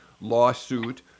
lawsuit